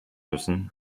müssen